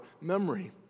memory